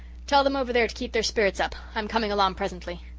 tell them over there to keep their spirits up i am coming along presently.